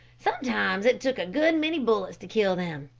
sometimes it took a good many bullets to kill them.